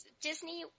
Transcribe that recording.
Disney